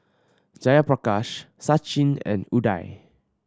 Jayaprakash Sachin and Udai